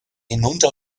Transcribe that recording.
hinunter